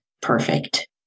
perfect